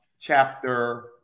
chapter